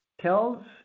tells